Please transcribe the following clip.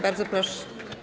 Bardzo proszę.